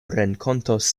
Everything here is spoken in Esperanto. renkontos